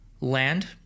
land